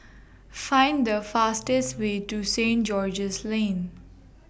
Find The fastest Way to Saint George's Lane